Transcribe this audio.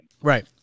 Right